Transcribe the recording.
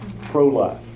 Pro-life